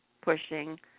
pushing